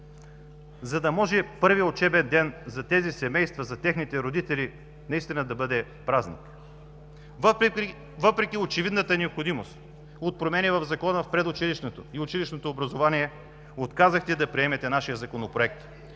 за да може първият учебен ден за тези семейства, за техните родители, наистина да бъде празник. Въпреки очевидната необходимост от промени в Закона за предучилищното и училищното образование, отказахте да приемете нашия Законопроект.